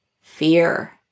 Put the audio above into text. fear